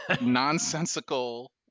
nonsensical